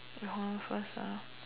you hold on first ah